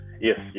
Yes